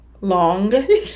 long